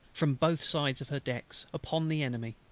from both sides of her decks, upon the enemy